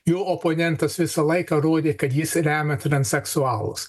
jo oponentas visą laiką rodė kad jis remia transseksualus